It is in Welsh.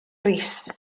rees